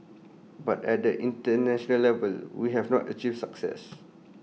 but at the International level we have not achieved success